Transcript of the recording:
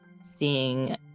Seeing